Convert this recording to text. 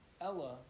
Ella